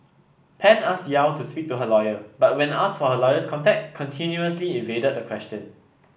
Pan asked Yew to speak to her lawyer but when asked for her lawyer's contact continuously evaded the question